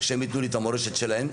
שהם יתנו לי את המורשת שלהם.